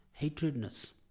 hatredness